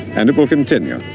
and it will continue.